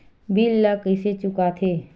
bill ला कइसे चुका थे